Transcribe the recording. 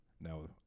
Now